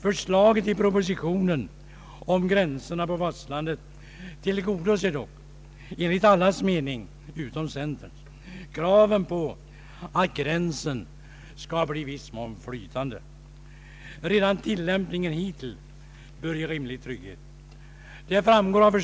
Förslaget i propositionen om gränserna på fastlandet tillgodoser dock — enligt allas mening utom centerns — kraven på att gränsen skall bli i viss mån flytande. Redan tillämpningen hittills bör ge rimlig trygghet. Det framgår av Ang.